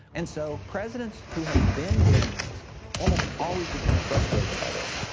and so presidents who have been generals almost always become frustrated by this.